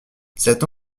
cette